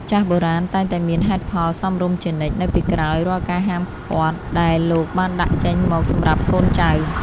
ចាស់បុរាណតែងតែមានហេតុផលសមរម្យជានិច្ច នៅពីក្រោយរាល់ការហាមឃាត់ដែលលោកបានដាក់ចេញមកសម្រាប់កូនចៅ។